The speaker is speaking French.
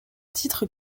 titres